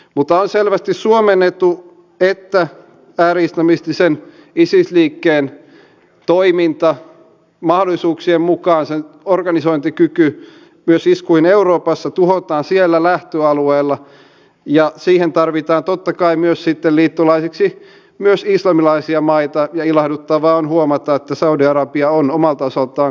mutta se ei ollut minun puheenvuoropyyntöni aihe vaan se että täällä edustaja järvinen puhui siitä kun minäkin olen työelämä ja tasa arvovaliokunnan jäsen että oppositio oli ainoa joka esitti rahaa tosiaan eriävässä mielipiteessä ja minulle tuli semmoinen tunne että oppositio oli ainoa joka tähän kiinnitti huomiota